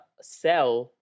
sell